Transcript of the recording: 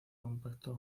compacto